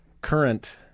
current